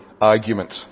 argument